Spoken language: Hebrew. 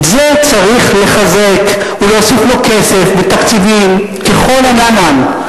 את זה צריך לחזק ולהוסיף לו כסף ותקציבים ככל הניתן,